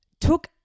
took